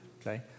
okay